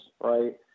right